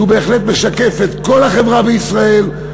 שהוא בהחלט משקף את כל החברה בישראל,